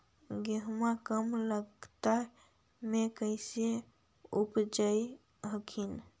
गेहुमा कम लागत मे कैसे उपजाब हखिन?